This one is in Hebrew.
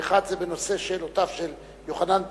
ואחת זה בנושא שאלותיו של יוחנן פלסנר,